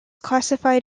classified